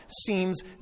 seems